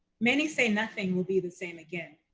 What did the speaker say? many say nothing will be the same again.